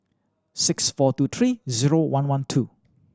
six four two three zero one one two